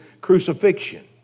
crucifixion